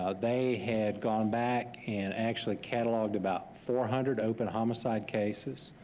ah they had gone back and actually catalogued about four hundred open homicide cases.